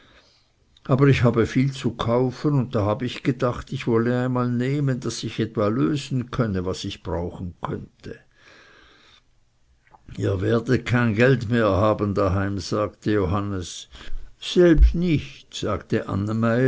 aber ich habe viel zu kaufen und da habe ich gedacht ich wolle einmal nehmen daß ich etwa lösen könne was ich brauche ihr werdet kein geld mehr haben daheim sagte johannes selb nicht sagte